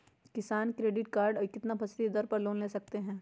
किसान credit card कितना फीसदी दर पर लोन ले सकते हैं?